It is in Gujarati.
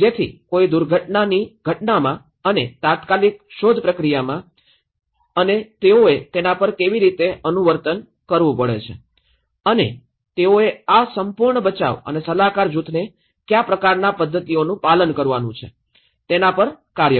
જેથી કોઈ દુર્ઘટનાની ઘટનામાં અને તાત્કાલિક શોધ પ્રક્રિયામાં અને તેઓએ તેના પર કેવી રીતે અનુવર્તન કરવું પડે છે અને તેઓએ આ સંપૂર્ણ બચાવ અને સલાહકાર જૂથને કયા પ્રકારનાં પદ્ધતિઓનું પાલન કરવું છે તે તેના પર કાર્ય કરશે